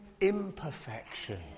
imperfection